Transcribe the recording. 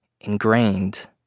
ingrained